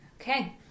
Okay